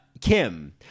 Kim